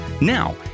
Now